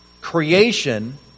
Creation